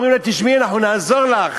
אומרים לה: תשמעי, אנחנו נעזור לך,